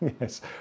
Yes